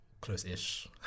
Close-ish